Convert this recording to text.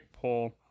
pull